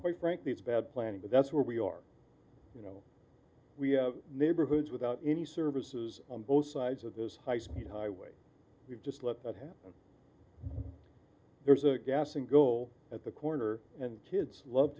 quite frankly it's bad planning but that's where we are you know we have neighborhoods without any services on both sides of this high speed highway we've just let that happen there's a gas single at the corner and kids love